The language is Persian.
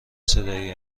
صدایی